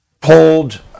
pulled